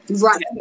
Right